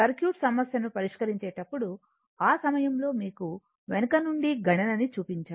circuit సమస్యను పరిష్కరించే టప్పుడు ఆ సమయంలో మీకు వెనుక నుండి గణన ని చూపించాను